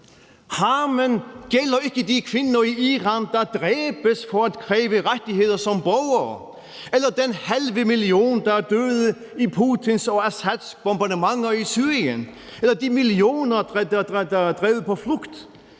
Harmen gælder ikke de kvinder i Iran, der dræbes for at kræve rettigheder som borgere, eller den halve million, der er døde i Putins og Assads bombardementer i Syrien, eller de millioner, der er drevet på flugt.